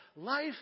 life